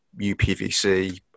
UPVC